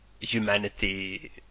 humanity